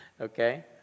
Okay